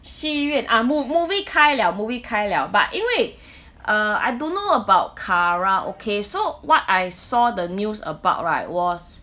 戏院啊 mo~ movie 开了 movie 开了 but 因为 uh I don't know about karaoke so what I saw the news about right was